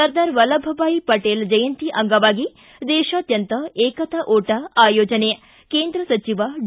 ಸರ್ದಾರ್ ವಲ್ಲಭಭಾಯ್ ಪಟೇಲ್ ಜಯಂತಿ ಅಂಗವಾಗಿ ದೇಶಾದ್ಯಂತ ಏಕತಾ ಒಟ ಆಯೋಜನೆ ಕೇಂದ್ರ ಸಚಿವ ಡಿ